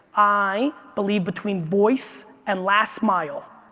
i believe between voice and last mile